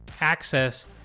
access